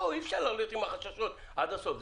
בואו, אי-אפשר לא להיות עם החששות עד הסוף.